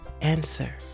answer